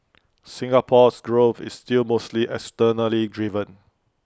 Singapore's growth is still mostly externally driven